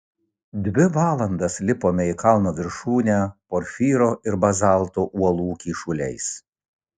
dvi valandas lipome į kalno viršūnę porfyro ir bazalto uolų kyšuliais